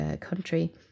country